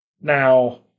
Now